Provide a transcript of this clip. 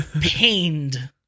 pained